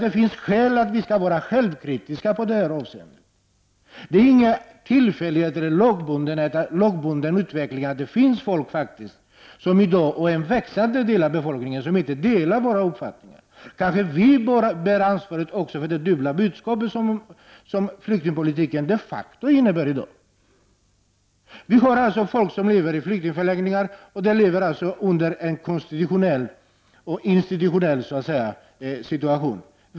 Det finns skäl för oss att vara självkritiska i detta avseende. Det är ingen tillfällighet eller lagbunden utveckling att det finns folk — en växande del av befolkningen — som i dag inte delar vår uppfattning. Vi kanske bär ansvaret för det dubbla budskap som flyktingpolitiken de facto innebär i dag. Det finns alltså människor som lever i flyktingförläggningar, och de lever i en konstitutionell och institutionell situation.